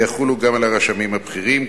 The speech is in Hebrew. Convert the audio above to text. יחולו גם על הרשמים הבכירים,